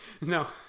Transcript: No